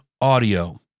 audio